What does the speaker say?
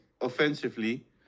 offensively